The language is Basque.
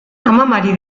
amamari